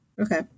Okay